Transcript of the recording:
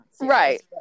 right